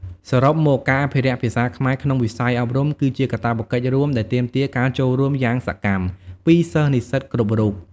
សរុបមក ការអភិរក្សភាសាខ្មែរក្នុងវិស័យអប់រំ គឺជាកាតព្វកិច្ចរួមដែលទាមទារការចូលរួមយ៉ាងសកម្មពីសិស្សនិស្សិតគ្រប់រូប។